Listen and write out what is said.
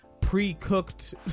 pre-cooked